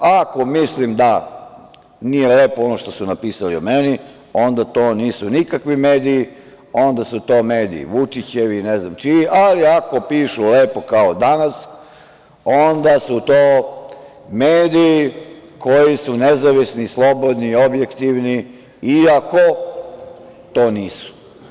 Ako mislim da nije lepo ono što su napisali o meni, onda to nisu nikakvi mediji, onda su to mediji Vučićevi, ne znam čiji, ali ako pišu lepo kao „Danas“, onda su to mediji koji su nezavisni, slobodni i objektivni, iako to nisu.